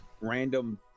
random